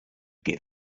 give